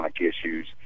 issues